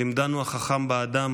לימדנו החכם באדם